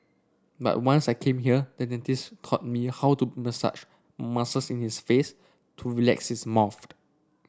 but once I came here the dentist taught me how to massage muscles in his face to relax his